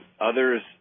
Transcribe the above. others